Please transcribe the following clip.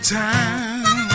time